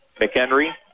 McHenry